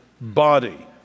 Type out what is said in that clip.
body